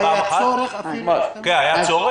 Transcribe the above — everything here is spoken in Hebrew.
היה צורך?